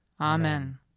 Amen